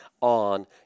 on